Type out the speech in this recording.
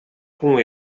com